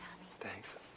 Thanks